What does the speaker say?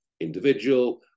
individual